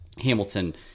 Hamilton